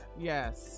Yes